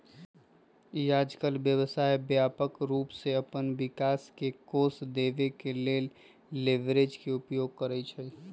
याजकाल व्यवसाय व्यापक रूप से अप्पन विकास के कोष देबे के लेल लिवरेज के उपयोग करइ छइ